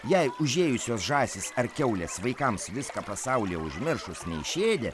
jei užėjusios žąsys ar kiaulės vaikams viską pasaulyje užmiršus neišėde